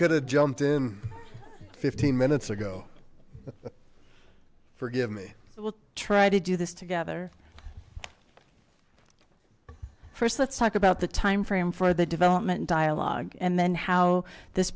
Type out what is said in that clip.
could have jumped in fifteen minutes ago forgive me we'll try to do this together first let's talk about the timeframe for the development dialogue and then how this